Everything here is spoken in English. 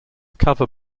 cover